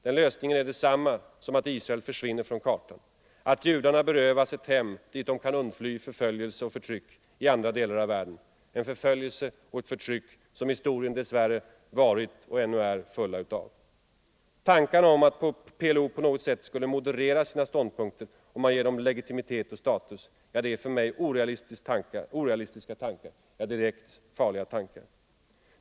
Den är detsamma som att Israel försvinner från kartan, att judarna berövas ett hem dit de kan undfly förföljelse och förtryck i andra delar av världen, en förföljelse och ett förtryck som historien dess värre varit och ännu är full utav. Tankarna om att PLO på något sätt skulle moderera sina ståndpunkter genom legitimitet och status är för mig orealistiska tankar, ja direkt farliga tankar.